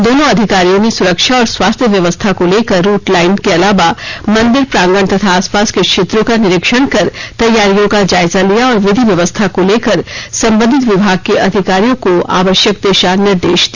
दोनों अधिकारियों ने सुरक्षा और स्वास्थ्य व्यवस्था को लेकर रुटलाइन के अलावा मंदिर प्रांगण तथा आसपास के क्षेत्रों का निरीक्षण कर तैयारियों का जायजा लिया और विधि व्यवस्था को लेकर संबंधित विभाग के अधिकारियों को आवश्यक दिशा निर्देश दिया